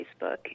Facebook